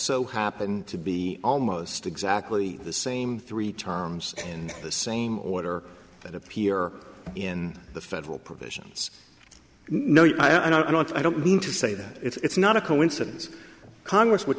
so happen to be almost exactly the same three terms in the same order that appear in the federal provisions no you know i don't i don't mean to say that it's not a coincidence congress would